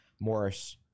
Morris